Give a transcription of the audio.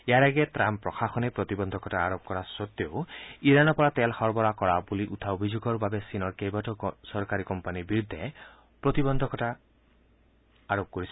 ইয়াৰ আগেয়ে ট্ৰাম্প প্ৰশাসনে প্ৰতিবন্ধকতা আৰোপ কৰা সতেও ইৰাণৰ পৰা তেল সৰবৰাহ কৰা বুলি উঠা অভিযোগৰ বাবে চীনৰ কেইবাটাও চৰকাৰী কোম্পানীৰ বিৰুদ্ধে প্ৰতিবন্ধকতা আৰোপ কৰিছিল